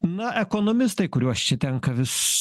na ekonomistai kuriuos čia tenka vis